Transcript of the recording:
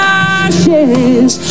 ashes